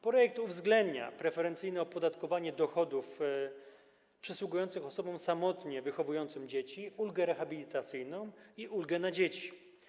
Projekt uwzględnia preferencyjne opodatkowanie dochodów przysługujące osobom samotnie wychowującym dzieci, ulgę rehabilitacyjną i ulgę na dzieci.